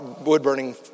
wood-burning